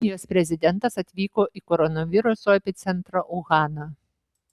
kinijos prezidentas atvyko į koronaviruso epicentrą uhaną